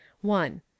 one